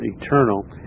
eternal